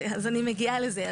רגע, אז אני מגיעה לזה.